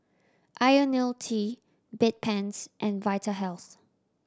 Ionil T Bedpans and Vitahealth